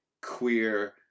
queer